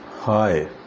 Hi